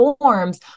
forms